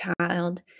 child